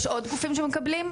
יש עוד גופים שמקבלים?